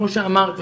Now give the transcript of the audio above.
כפי שאמרת,